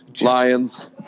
Lions